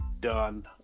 done